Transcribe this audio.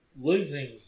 losing